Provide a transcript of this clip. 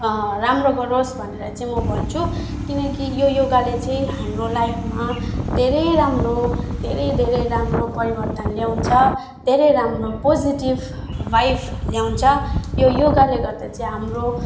राम्रो गरोस् भनेर चाहिँ म भन्छु किनकि यो योगाले चाहिँ हाम्रो लाइफमा धेरै राम्रो धेरै धेरै राम्रो परिवर्तन ल्याउँछ धेरै राम्रो पोजिटिभ भाइब ल्याउँछ यो योगाले गर्दा चाहिँ हाम्रो